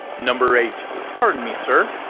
number eight pardon me, sir.